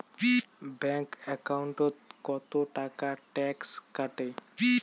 Bank একাউন্টত কতো টাকা ট্যাক্স কাটে?